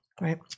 Right